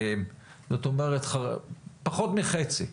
כלומר פחות מחצי.